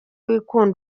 wikunda